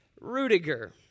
Rudiger